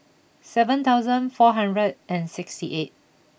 seven thousand four hundred and sixty eight